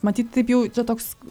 matyt taip jau čia toks